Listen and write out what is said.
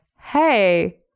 hey